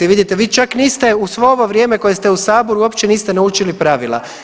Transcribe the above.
Vidite vi čak niste uz svo ovo vrijeme koje ste u saboru uopće niste naučili pravila.